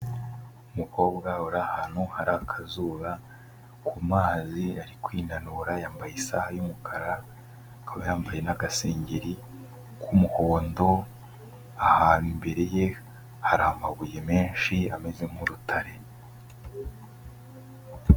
Umukobwa uri ahantu hari akazuba, ku mazi ari kwinanura yambaye isaha y'umukara, akaba yambaye n'agasengeri k'umuhondo, ahantu imbere ye hari amabuye menshi ameze nk'urutare.